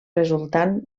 resultant